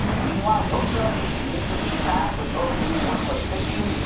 meanwhile, osha, the agency tasked with overseeing workplace safety,